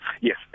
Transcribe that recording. Yes